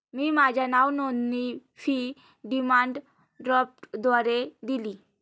मी माझी नावनोंदणी fee demand ड्राफ्टद्वारे दिली